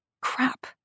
crap